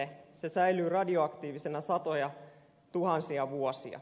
se säilyy radioaktiivisena satojatuhansia vuosia